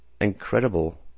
Incredible